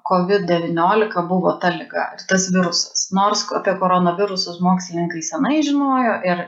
kovid devyniolika buvo ta liga ir tas virusas nors apie koronavirusus mokslininkai senai žinojo ir